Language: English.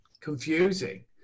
confusing